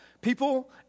People